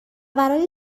برای